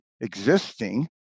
existing